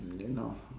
mm you know